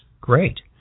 great